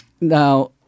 Now